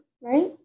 right